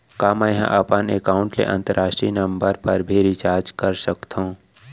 का मै ह अपन एकाउंट ले अंतरराष्ट्रीय नंबर पर भी रिचार्ज कर सकथो